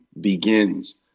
begins